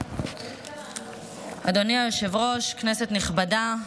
אדוני היושב-ראש, כנסת נכבדה,